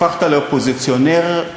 הפכת לאופוזיציונר.